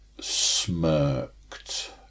Smirked